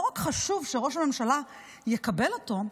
לא רק חשוב שראש הממשלה יקבל אותו,